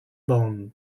bon